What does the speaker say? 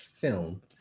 film